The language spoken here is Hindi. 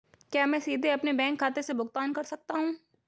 क्या मैं सीधे अपने बैंक खाते से भुगतान कर सकता हूं?